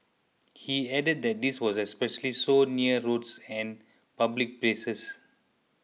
he added that this was especially so near roads and public places